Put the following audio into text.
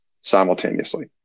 simultaneously